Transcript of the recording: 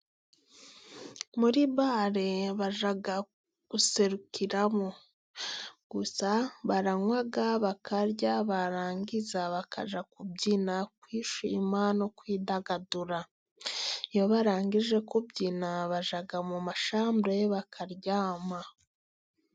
Muri bare bajya guserukiramo. Gusa baranywa, bakarya, barangiza bakajya kubyina, kwishima no kwidagadura. Iyo barangije kubyina, abajya mu mashambure bakaryama.